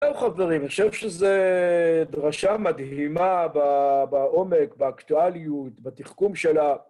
זהו חברים, אני חושב שזו דרשה מדהימה בעומק, באקטואליות, בתחכום שלה.